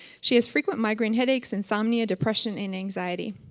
she has frequent migraine headaches, insomnia, depression and anxiety.